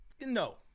No